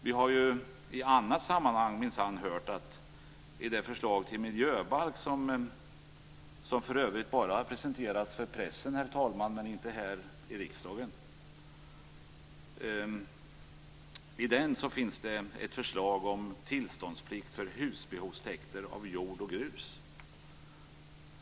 Vi har ju i annat sammanhang minsann hört att i det förslag till miljöbalk - som, herr talman, för övrigt bara har presenterats för pressen, inte här i riksdagen - finns det en skrivning om tillståndsplikt för husbehovstäkter av jord och grus.